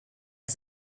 ist